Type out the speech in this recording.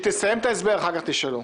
ארבל תסיים את ההסבר ואחר כך תשאלו.